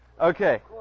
Okay